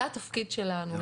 זה התפקיד שלנו,